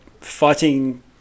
fighting